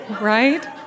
right